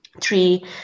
three